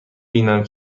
بینم